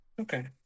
Okay